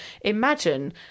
imagine